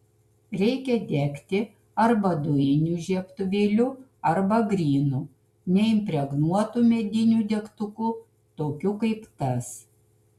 reikia degti arba dujiniu žiebtuvėliu arba grynu neimpregnuotu mediniu degtuku tokiu kaip tas